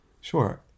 sure